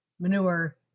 manure